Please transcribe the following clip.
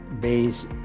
base